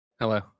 Hello